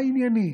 הענייני,